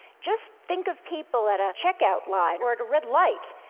just think of people at a checkout line or at a red light.